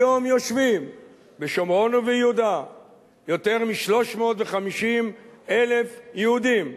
היום יושבים בשומרון וביהודה יותר מ-350,000 יהודים,